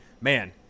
man